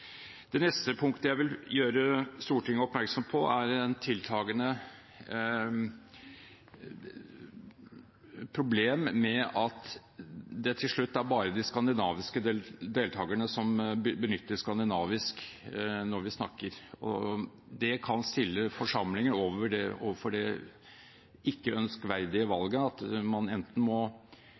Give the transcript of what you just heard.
Det neste punktet jeg vil gjøre Stortinget oppmerksom på, er et tiltagende problem med at det til slutt bare er de skandinaviske deltagerne som benytter skandinavisk når vi snakker. Det kan stille forsamlingen overfor det ikke ønskverdige valget at man enten må